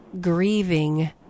grieving